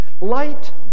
Light